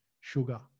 sugar